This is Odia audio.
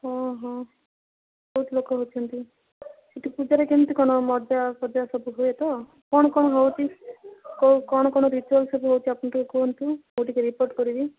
ଓ ହଃ ବହୁୁତ ଲୋକ ହେଉଛନ୍ତି ଏଇଠି ପୂଜାରେ କେମିତି କ'ଣ ମଜା ଫଜା ସବୁ ହୁଏ ତ କ'ଣ କ'ଣ ହେଉଛି କ'ଣ କ'ଣ ରିଚ୍ୟୁଆଲ୍ ସବୁ ହେଉଛି ଆପଣ ଟିକେ କୁହନ୍ତୁ ମୁଁ ଟିକେ ରିପୋର୍ଟ କରିବି